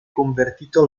convertito